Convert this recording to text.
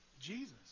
Jesus